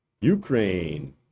Ukraine